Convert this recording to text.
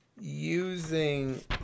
Using